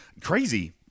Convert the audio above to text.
Crazy